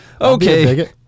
Okay